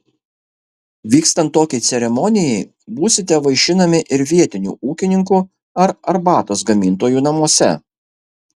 vykstant tokiai ceremonijai būsite vaišinami ir vietinių ūkininkų ar arbatos gamintojų namuose